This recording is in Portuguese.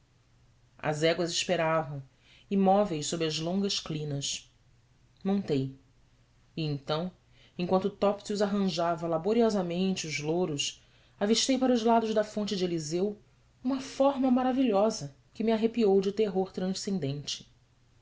as éguas esperavam imóveis sob as longas crinas montei e então enquanto topsius arranjava laboriosamente os loros avistei para os lados da fonte do eliseu uma forma maravilhosa que me arrepiou de terror transcendente